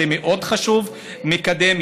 זה מאוד חשוב ומקדם.